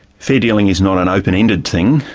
fair dealing is not an open-ended thing,